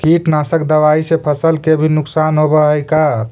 कीटनाशक दबाइ से फसल के भी नुकसान होब हई का?